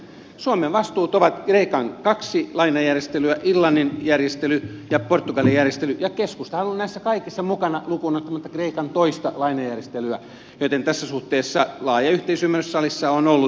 suomen vastuut ovat kreikan kaksi lainajärjestelyä irlannin järjestely ja portugalin järjestely ja keskustahan on ollut näissä kaikissa mukana lukuun ottamatta kreikan toista lainajärjestelyä joten tässä suhteessa laaja yhteisymmärrys salissa on ollut puolueitten kesken